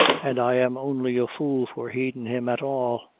an' i am only a fool for heedin' him at all.